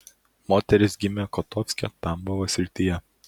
moteris gimė kotovske tambovo srityje